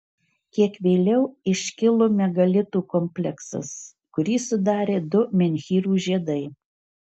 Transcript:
kiek vėliau iškilo megalitų kompleksas kurį sudarė du menhyrų žiedai